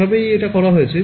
এভাবেই এটা করা হয়েছে